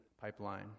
pipeline